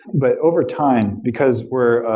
but over time because we're,